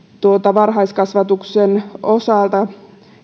varhaiskasvatuksen osalta